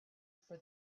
for